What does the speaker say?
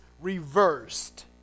reversed